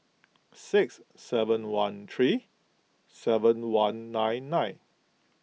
six seven one three seven one nine nine